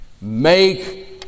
Make